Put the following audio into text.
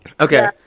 Okay